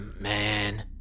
man